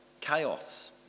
chaos